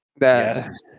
yes